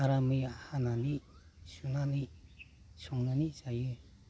आरामै हानानै सुनानै संनानै जायो